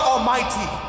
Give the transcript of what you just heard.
Almighty